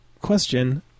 question